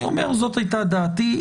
זאת הייתה דעתי.